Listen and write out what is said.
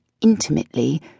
intimately